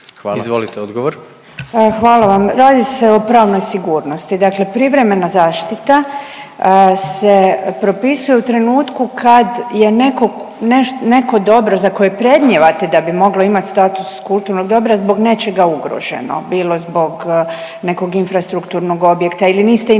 Koržinek, Nina (HDZ)** Hvala vam. Radi se o pravnoj sigurnosti, dakle privremena zaštita se propisuje u trenutku kad je neko, neko dobro za koje predmnijevate da bi moglo imat status kulturnog dobra zbog nečega ugroženo, bilo zbog nekog infrastrukturnog objekta ili niste imali